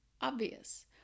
obvious